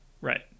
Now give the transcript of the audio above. Right